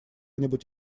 нибудь